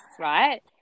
right